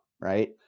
right